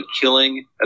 killing